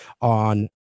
on